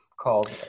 called